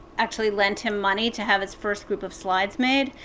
actually lent him money to have his first group of slides made.